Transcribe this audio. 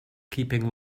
keeping